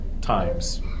times